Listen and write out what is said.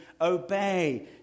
obey